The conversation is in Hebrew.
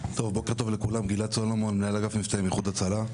בוקר טוב לכולם, אני מנהל אגף מבצעים באיחוד הצלה.